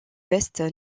ouest